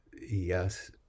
yes